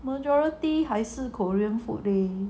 majority 还是 korean food leh